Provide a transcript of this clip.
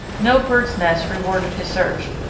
no bird's nest rewarded his search,